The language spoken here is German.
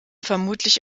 vermutlich